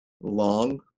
long